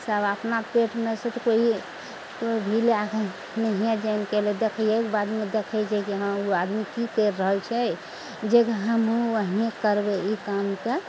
सब अपना पेटमे से तऽ कोइ कोइ भी लए आओर नहिये जानि कयलइ देखियैके बादमे देखय छै कि हँ उ आदमी की करि रहल छै जे हमहूँ वही करबइ ई कामके